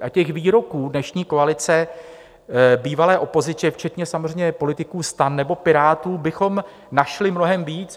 A těch výroků dnešní koalice, bývalé opozice, včetně samozřejmě politiků STAN nebo Pirátů, bychom našli mnohem víc.